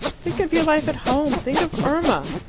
think of your life at home think of irma!